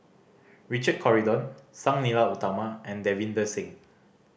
Richard Corridon Sang Nila Utama and Davinder Singh